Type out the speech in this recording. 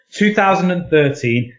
2013